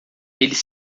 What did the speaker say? eles